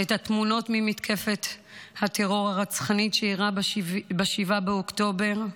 את התמונות ממתקפת הטרור הרצחנית שאירעה ב-7 באוקטובר,